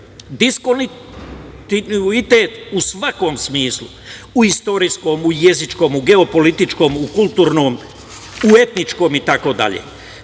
diskontinuitet u svakom smislu, u istorijskom, u jezičkom, u geopolitičkom, u kulturnom, u etničkom itd.